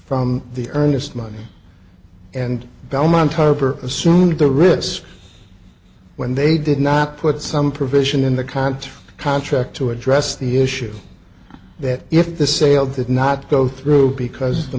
from the earnest money and belmont harbor assumed the risk when they did not put some provision in the contract contract to address the issue that if the sale did not go through because the